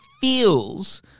feels